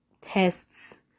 tests